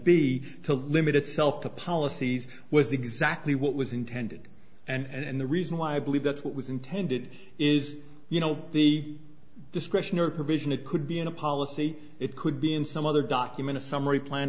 to limit itself to policies was exactly what was intended and the reason why i believe that what was intended is you know the discretionary provision it could be in a policy it could be in some other document a summary plan